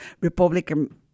Republican